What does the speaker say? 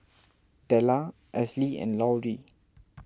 Dellar Esley and Lauri